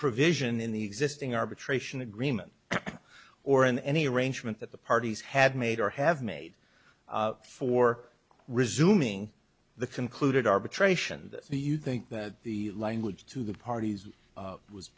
provision in the existing arbitration agreement or in any arrangement that the parties had made or have made for resuming the concluded arbitration do you think that the language to the parties